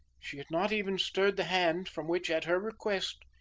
she had not even stirred the hand from which, at her request,